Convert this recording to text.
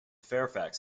fairfax